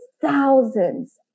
thousands